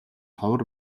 ховор